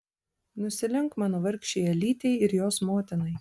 nusilenk mano vargšei elytei ir jos motinai